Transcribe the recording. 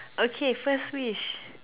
okay first wish